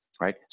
right